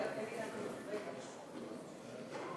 לקריאה ראשונה לוועדת הפנים והגנת הסביבה.